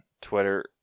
Twitter